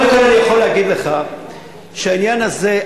קודם כול אני יכול להגיד לך שהעניין הזה,